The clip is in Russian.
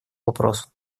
вопросу